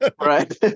Right